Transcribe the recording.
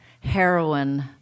heroin